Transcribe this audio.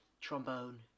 trombone